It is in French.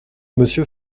monsieur